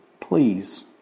please